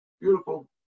Beautiful